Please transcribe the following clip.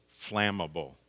flammable